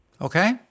okay